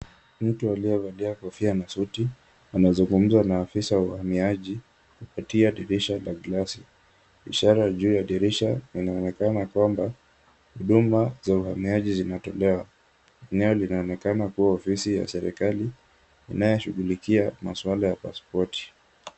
Mtu aliyevalia kofia na suti anazungumza na afisa wa uhamiaji kupitia dirisha la gilasi. Ishara juu ya dirisha inaonekana kwamba huduma za uhamiaji zinatolewa. Eneo linaonekana kuwa ofisi ya serikali inayoshughulikia maswala ya pasipoti.